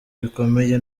bikomeye